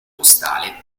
postale